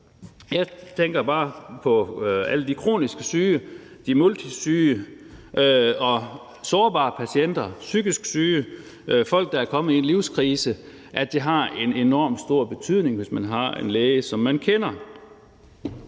Jeg tænker bare på alle de kronisk syge, de multisyge, de sårbare patienter, de psykisk syge og folk, der er kommet i en livskrise, og at det har en enormt stor betydning, hvis man har en læge, som man kender.